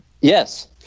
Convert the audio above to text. Yes